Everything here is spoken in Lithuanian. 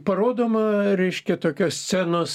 parodoma reiškia tokios scenos